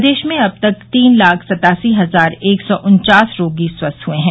प्रदेश में अब तक तीन लाख सत्तासी हजार एक सौ उन्चास रोगी स्वस्थ हुए हैं